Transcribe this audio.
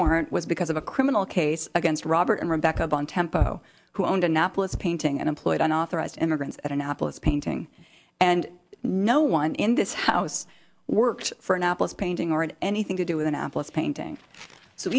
warrant was because of a criminal case against robert and rebecca bontempo who owned annapolis painting and employed unauthorized immigrants at annapolis painting and no one in this house worked for an apples painting or anything to do with annapolis painting so